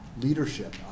leadership